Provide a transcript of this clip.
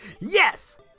Yes